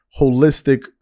holistic